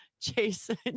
Jason